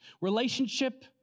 relationship